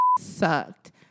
sucked